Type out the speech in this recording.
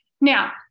Now